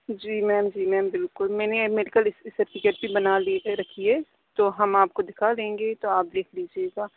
جی ma'am جی ma'am بالکل میں نے میڈیکل اس کی سرٹیفکٹ بھی بنا لی رکھی ہے تو ہم آپ کو دکھا دیں گے تو آپ دیکھ لیجیے گا